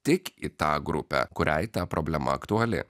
tik į tą grupę kuriai ta problema aktuali